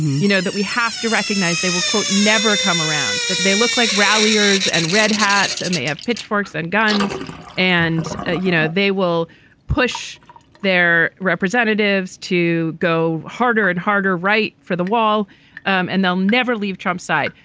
you know that we have to recognize they will quote never come around that they look like ralliers and red hats and they have pitchforks and guns and ah you know they will push their representatives to go harder and harder write for the wall um and they'll never leave trump's side.